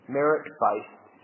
Merit-based